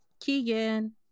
Keegan